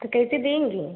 तो कैसे देंगे